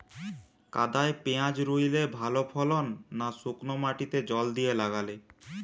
কাদায় পেঁয়াজ রুইলে ভালো ফলন না শুক্নো মাটিতে জল দিয়ে লাগালে?